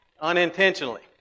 Unintentionally